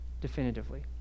definitively